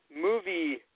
movie